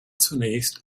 zunächst